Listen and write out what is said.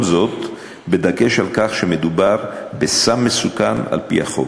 כל זאת בדגש על כך שמדובר בסם מסוכן על-פי החוק.